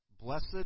Blessed